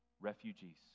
refugees